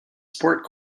sport